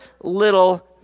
little